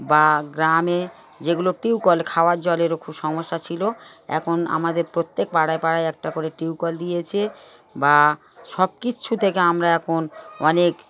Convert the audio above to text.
বা গ্রামে যেগুলো টিউবওয়েল খাওয়ার জলের খুব সমস্যা ছিলো এখন আমাদের প্রত্যেক পাড়ায় পাড়ায় একটা করে টিউবওয়েল দিয়েছে বা সব কিছু থেকে আমরা এখন অনেক